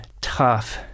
tough